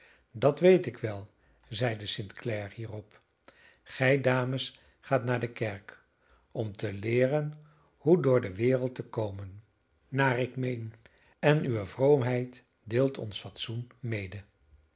dat weet ik wel zeide st clare hierop gij dames gaat naar de kerk om te leeren hoe door de wereld te komen naar ik meen en uwe vroomheid deelt ons fatsoen mede